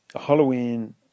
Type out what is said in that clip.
Halloween